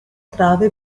trave